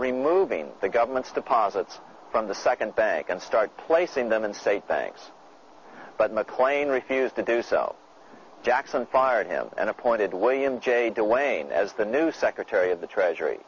removing the government's deposits from the second bank and start placing them and say thanks but mclean refused to do so jackson fired him and appointed william j dewayne as the new secretary of the treasury